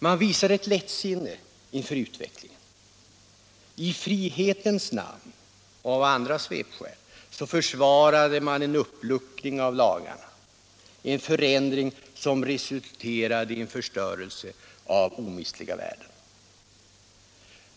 Man visade ett lättsinne inför utvecklingen. I frihetens namn och av andra svepskäl försvarade man en uppluckring av lagarna, en förändring som resulterade i förstörelse av omistliga värden.